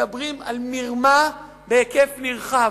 מדברים על מרמה בהיקף נרחב.